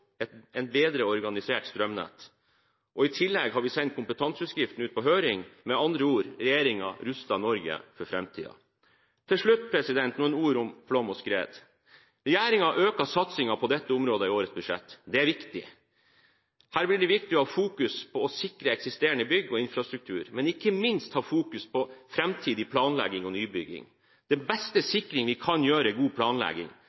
Et bedre organisert strømnett. I tillegg har vi sendt kompetanseforskriften ut på høring. Med andre ord: Regjeringen ruster Norge for framtiden. Til slutt noen ord om flom og skred. Regjeringen øker satsingen på dette området i årets budsjett. Det er viktig. Her blir det viktig å fokusere på å sikre eksisterende bygg og infrastruktur, men ikke minst å fokusere på framtidig planlegging og nybygging. Den beste sikring vi kan gjøre, er god planlegging.